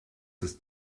ist